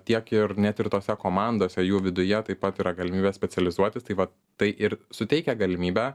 tiek ir net ir tose komandose jų viduje taip pat yra galimybė specializuotis tai vat tai ir suteikia galimybę